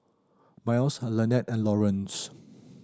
Myles Lanette and Lawrence